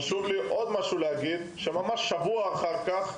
חשוב לי להגיד שבשבוע לאחר מכן,